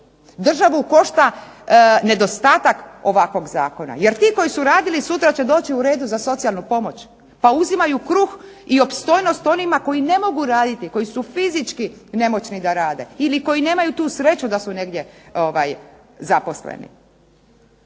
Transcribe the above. Državu košta nedostatak ovakvog zakona. Jer koji su radili sutra će doć u red za socijalnu pomoć, pa uzimaju kruh i opstojnost onima koji ne mogu raditi koji su fizički nemoćni da rade ili koji nemaju tu sreću da su negdje zaposleni.